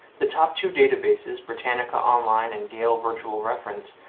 the top two databases, britannica online and gale virtual reference,